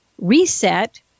Reset